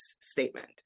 statement